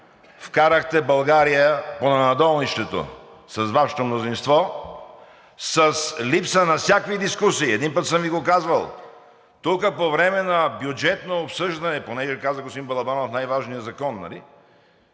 вкарахте България по нанадолнището с Вашето мнозинство с липса на всякакви дискусии. Един път съм Ви го казвал тук по време на бюджетно обсъждане – понеже каза господин Балабанов „най-важният закон“, нали